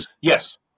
Yes